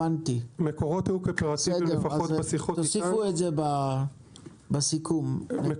נוסיף את זה בסיכום הוועדה.